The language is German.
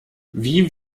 wie